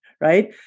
right